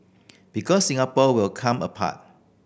because Singapore will come apart